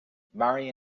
marry